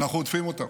ואנחנו הודפים אותם.